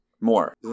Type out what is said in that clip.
More